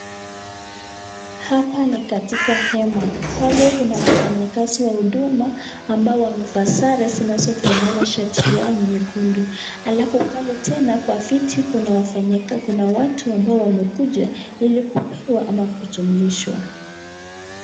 Hapa ni katika hema. Pale kuna wafanyakazi wa huduma ambao wamevaa sare zinazofanana shati yao nyekundu. Alafu pale tena kwa fiti kuna wafanya kuna watu ambao wamekuja ili kupewa ama kutumulishwa.